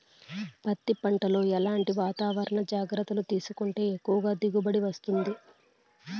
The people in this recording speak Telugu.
పత్తి పంట లో ఎట్లాంటి వాతావరణ జాగ్రత్తలు తీసుకుంటే ఎక్కువగా దిగుబడి వస్తుంది?